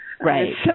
Right